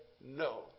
no